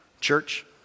Church